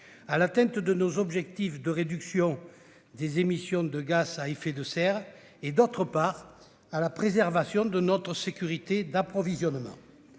atteindre nos objectifs de réduction des émissions de gaz à effet de serre, et, d'autre part, pour préserver notre sécurité d'approvisionnement.